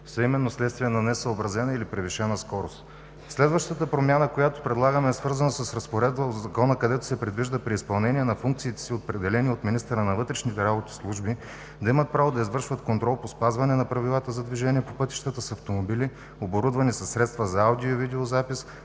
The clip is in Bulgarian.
са именно вследствие на несъобразена или превишена скорост. Следващата промяна, която предлагаме, е свързана с разпоредба в Закона, където се предвижда при изпълнение на функциите си, определени от министъра на вътрешните работи служби да имат право да извършват контрол по спазване на правилата за движение по пътищата с автомобили, оборудвани със средства за аудио и видеозапис,